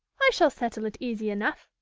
i shall settle it easy enough.